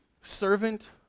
servant